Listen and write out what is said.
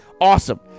awesome